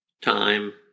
time